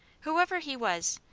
whoever he was,